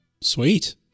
Sweet